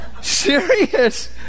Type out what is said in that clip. Serious